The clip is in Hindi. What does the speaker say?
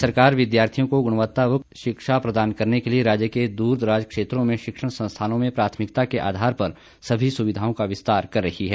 प्रदेश सरकार विद्यार्थियों को गुणवत्ता युक्त शिक्षा प्रदान करने के लिए राज्य के दूरदराज क्षेत्रों में शिक्षण संस्थानों में प्राथमिकता के आधार पर सभी सुविधाओं का विस्तार कर रही है